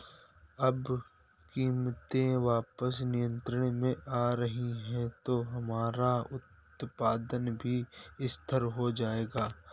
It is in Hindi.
अब कीमतें वापस नियंत्रण में आ रही हैं तो हमारा उत्पादन भी स्थिर हो जाएगा